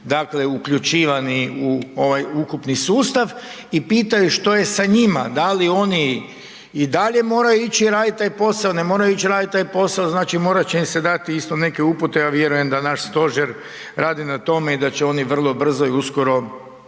dakle uključivani u ovaj ukupni sustav i pitaju što je sa njima. Da li oni i dalje moraju ići raditi taj posao, ne moraju ići raditi taj posao, znači morat će im se dati isto neke upute, ja vjerujem da naš stožer radi na tome i da će oni vrlo brzo i uskoro također